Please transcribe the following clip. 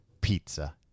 Pizza